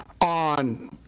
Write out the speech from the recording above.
on